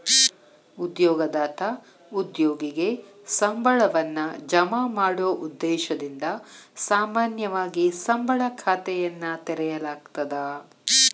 ಉದ್ಯೋಗದಾತ ಉದ್ಯೋಗಿಗೆ ಸಂಬಳವನ್ನ ಜಮಾ ಮಾಡೊ ಉದ್ದೇಶದಿಂದ ಸಾಮಾನ್ಯವಾಗಿ ಸಂಬಳ ಖಾತೆಯನ್ನ ತೆರೆಯಲಾಗ್ತದ